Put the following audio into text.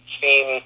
seen